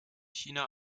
china